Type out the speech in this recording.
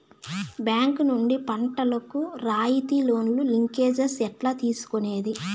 Bank నుండి పంటలు కు రాయితీ లోను, లింకేజస్ ఎట్లా తీసుకొనేది?